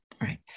Right